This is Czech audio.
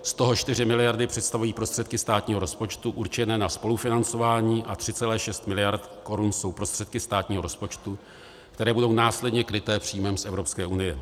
Z toho 4 mld. představují prostředky státního rozpočtu určené na spolufinancování a 3,6 mld. korun jsou prostředky státního rozpočtu, které budou následně kryté příjmem z Evropské unie.